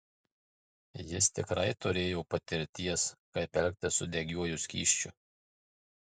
jis tikrai turėjo patirties kaip elgtis su degiuoju skysčiu